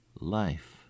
life